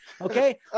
okay